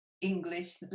English